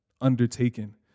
undertaken